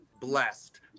blessed